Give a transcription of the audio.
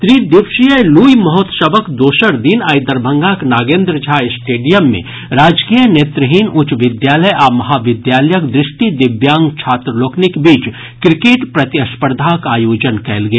त्रिदिवसीय लुई महोत्सवक दोसर दिन आइ दरभंगाक नागेन्द्र झा स्टेडियम मे राजकीय नेत्रहीन उच्च विद्यालय आ महाविद्यालयक दृष्टि दिव्यांग छात्र लोकनिक बीच क्रिकेट प्रतिस्पर्धाक आयोजन कयल गेल